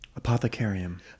Apothecarium